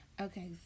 Okay